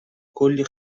کلی